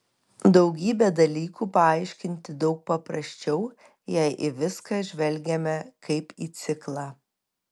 daugybę dalykų paaiškinti daug paprasčiau jei į viską žvelgiame kaip į ciklą